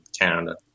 Canada